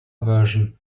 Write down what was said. version